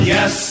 Yes